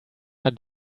are